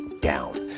down